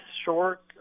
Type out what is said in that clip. Short